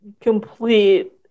complete